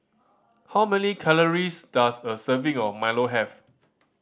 how many calories does a serving of milo have